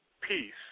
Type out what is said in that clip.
peace